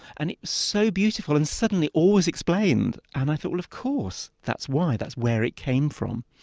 and so beautiful and suddenly all is explained and i thought, well, of course, that's why, that's where it came from.